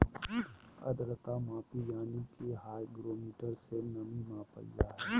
आद्रता मापी यानी कि हाइग्रोमीटर से नमी मापल जा हय